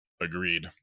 agreed